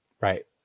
Right